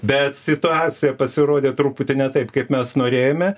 bet situacija pasirodė truputį ne taip kaip mes norėjome